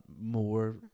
more